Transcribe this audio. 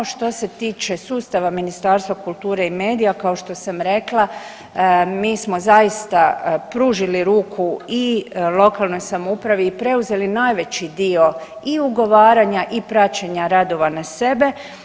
Što se tiče sustava Ministarstva kulture i medija kao što sam rekla mi smo zaista pružili ruku i lokalnoj samoupravi i preuzeli najveći dio i ugovaranja i praćenja radova na sebe.